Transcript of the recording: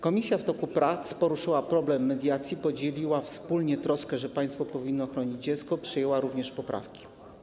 Komisja w toku prac poruszyła problem mediacji, podzieliła troskę, że państwo powinno chronić dziecko, przyjęła również poprawki.